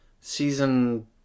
season